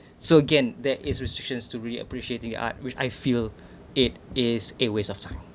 so again that is restrictions to re-appreciating art which I feel it is a waste of time